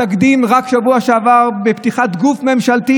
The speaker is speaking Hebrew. התקדים רק בשבוע שעבר בפתיחת גוף ממשלתי